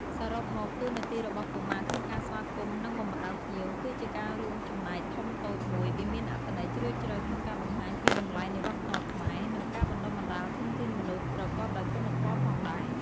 សរុបមក តួនាទីរបស់កុមារក្នុងការស្វាគមន៍ និងបម្រើភ្ញៀវ គឺជាការរួមចំណែកធំតូចមួយ វាមានអត្ថន័យជ្រាលជ្រៅក្នុងការបង្ហាញពីតម្លៃនៃវប្បធម៌ខ្មែរ និងការបណ្ដុះបណ្ដាលធនធានមនុស្សប្រកបដោយគុណធម៌ផងដែរ។